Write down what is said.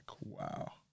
wow